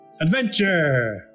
Adventure